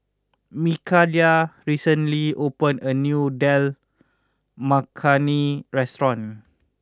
Mikayla recently opened a new Dal Makhani restaurant